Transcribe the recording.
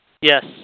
Yes